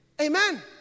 amen